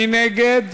מי נגד?